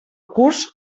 curs